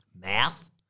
math